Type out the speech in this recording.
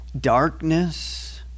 darkness